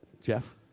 Jeff